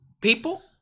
People